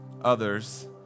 others